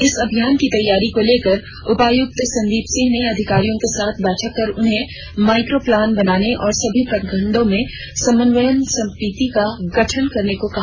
इस अभियान की तैयारियों को लेकर उपायुक्त संदीप सिंह ने अधिकारियों के साथ बैठक कर उन्हें माइक्रोप्लान बनाने और सभी प्रखंडों में समन्वयन समिति का गठन करने को कहा